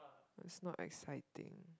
is not exciting